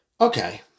Okay